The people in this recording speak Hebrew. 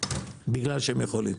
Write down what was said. בגלל שהם יכולים.